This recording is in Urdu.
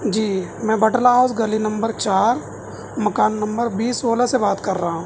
جی میں بٹلہ ہاؤس گلی نمبر چار مکان نمبر بی سولہ سے بات کر رہا ہوں